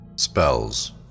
Spells